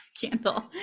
candle